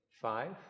five